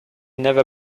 never